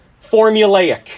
formulaic